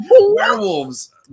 Werewolves